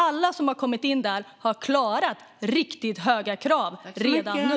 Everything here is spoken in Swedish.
Alla som har kommit in där har klarat riktigt höga krav redan nu.